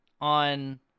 on